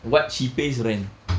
what she pays rent